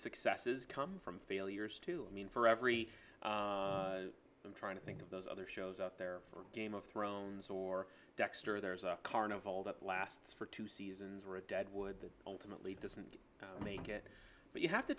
successes come from failures to mean for every i'm trying to think of those other shows out there for game of thrones or dexter there's a carnival that lasts for two seasons or a deadwood that ultimately doesn't make it but you have to